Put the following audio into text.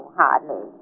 hardly